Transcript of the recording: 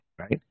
right